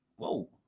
whoa